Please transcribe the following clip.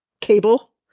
Cable